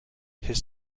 his